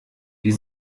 die